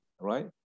right